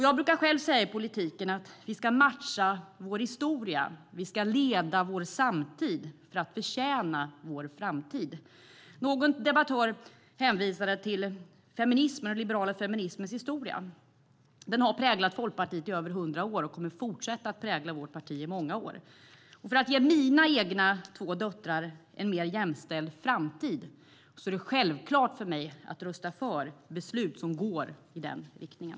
Jag brukar själv säga i politiken att vi ska matcha vår historia och leda vår samtid för att förtjäna vår framtid. Någon debattör hänvisade till den liberala feminismens historia. Den har präglat Folkpartiet i över 100 år och kommer att fortsätta att prägla vårt parti i många år. För att ge mina egna två döttrar en mer jämställd framtid är det självklart för mig att rösta för beslut som går i den riktningen.